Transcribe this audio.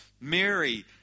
Mary